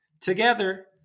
together